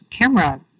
camera